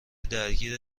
درگیر